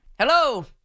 Hello